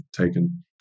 taken